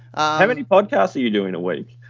how many podcasts are you doing a